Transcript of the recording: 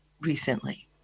recently